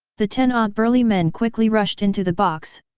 the ten odd burly men quickly rushed into the box,